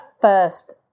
first